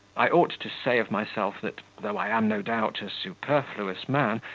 i ought to say of myself that, though i am, no doubt, a superfluous man,